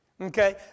Okay